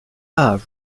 are